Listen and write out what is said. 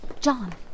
John